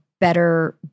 better